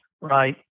right